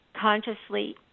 consciously